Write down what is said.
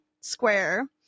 Square